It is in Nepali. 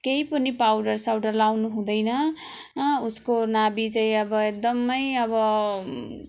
केही पनि पाउडर साउडर लगाउनु हुँदैन उसको नाभि चाहिँ अब एकदम अब